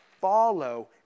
follow